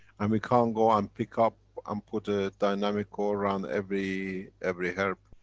and we can't go and pick up and put a dynamic core around every every herb.